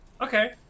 Okay